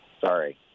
Sorry